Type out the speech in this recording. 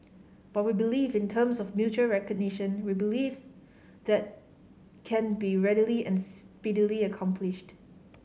but we believe in terms of mutual recognition we believe that can be readily and speedily accomplished